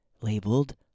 labeled